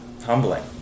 humbling